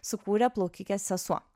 sukūrė plaukikės sesuo